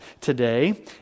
today